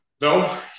No